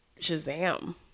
Shazam